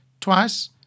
twice